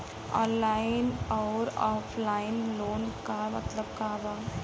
Online अउर offline loan क मतलब का बा?